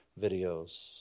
videos